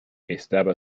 estaba